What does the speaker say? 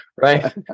right